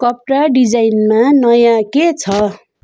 कपडा डिजाइनमा नयाँ के छ